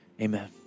Amen